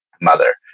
mother